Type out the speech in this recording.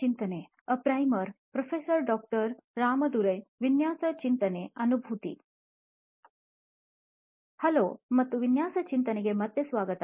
hello ಮತ್ತು ವಿನ್ಯಾಸ ಚಿಂತನೆಗೆ ಮತ್ತೆ ಸ್ವಾಗತ